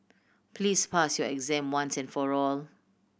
please pass your exam once and for all